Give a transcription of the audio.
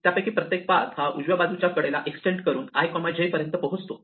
त्यापैकी प्रत्येक पाथ हा उजव्या बाजूच्या कडेला एक्सटेंड करून i j पर्यंत पोहोचतो